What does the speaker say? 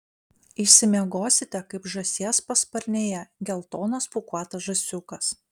išsimiegosite kaip žąsies pasparnėje geltonas pūkuotas žąsiukas